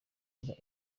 bahura